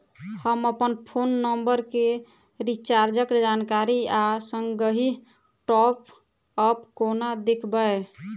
हम अप्पन phone number केँ रिचार्जक जानकारी आ संगहि टॉप अप कोना देखबै?